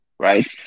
right